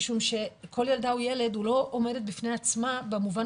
משום שכל ילדה או ילד לא עומדת בפני עצמה במובן